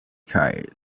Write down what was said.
kite